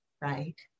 right